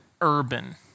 urban